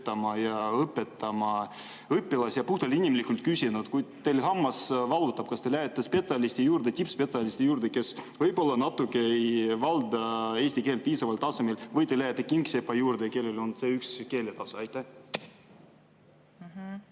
õpetama? Ja puhtalt inimlikult küsin, et kui hammas valutab, kas te lähete spetsialisti juurde, tippspetsialisti juurde, kes võib-olla ei valda eesti keelt piisaval tasemel, või te lähete kingsepa juurde, kellel on C1‑keeletase? Suur